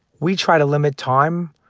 we try to limit time,